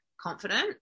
confident